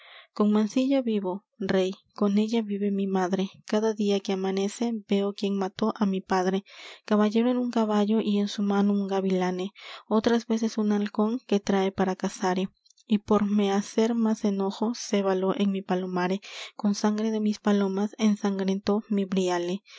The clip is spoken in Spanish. con mancilla vivo rey con ella vive mi madre cada día que amanece veo quien mató á mi padre caballero en un caballo y en su mano un gavilane otras veces un halcón que trae para cazare y por me hacer más enojo cébalo en mi palomare con sangre de mis palomas ensangrentó mi briale